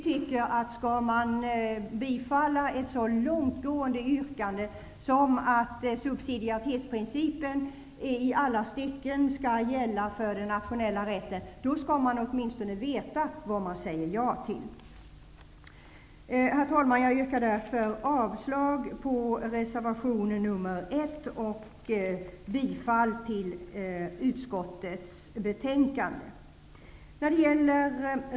Skall man bifalla ett så långtgående yrkande som att subsidiaritetsprincipen i alla stycken skall gälla för den nationella rätten, då skall man åtminstone veta vad man säger ja till. Herr talman! Jag yrkar därför avslag på reservation nr 1 och bifall till utskottets hemställan.